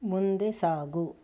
ಮುಂದೆ ಸಾಗು